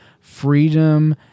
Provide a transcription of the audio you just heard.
freedom